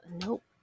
nope